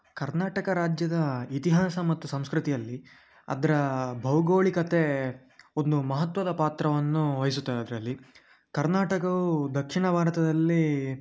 ಕರ್ನಾಟಕ ರಾಜ್ಯದ ಇತಿಹಾಸ ಮತ್ತು ಸಂಸ್ಕೃತಿಯಲ್ಲಿ ಅದರ ಭೌಗೋಳಿಕತೆ ಒಂದು ಮಹತ್ವದ ಪಾತ್ರವನ್ನು ವಹಿಸುತ್ತವೆ ಅದರಲ್ಲಿ ಕರ್ನಾಟಕವು ದಕ್ಷಿಣ ಭಾರತದಲ್ಲಿ